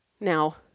Now